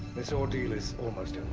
this ordeal is almost